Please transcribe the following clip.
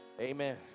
amen